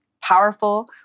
powerful